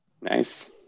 Nice